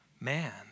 Man